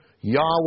Yahweh